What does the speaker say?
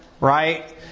right